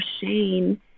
Shane